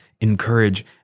encourage